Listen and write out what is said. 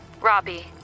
Robbie